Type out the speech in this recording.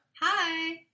hi